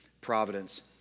providence